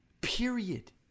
Period